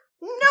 No